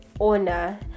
owner